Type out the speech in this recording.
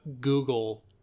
Google